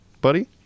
buddy